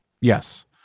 Yes